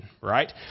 right